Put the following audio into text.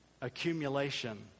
accumulation